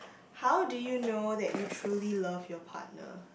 how do you know that you truly love your partner